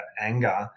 anger